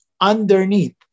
underneath